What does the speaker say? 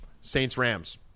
Saints-Rams